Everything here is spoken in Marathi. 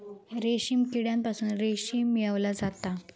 रेशीम किड्यांपासून रेशीम मिळवला जाता